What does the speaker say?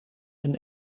een